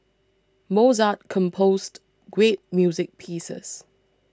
Mozart composed great music pieces